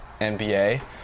NBA